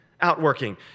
outworking